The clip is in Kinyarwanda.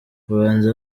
ubanza